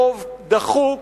ברוב דחוק,